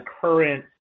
current